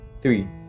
Three